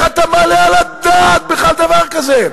איך אתה מעלה על הדעת בכלל דבר כזה?